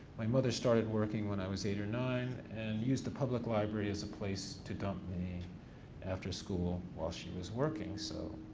my mother started working when i was eight or nine and used the public library as a place to dump me after school while she was working, so,